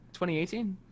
2018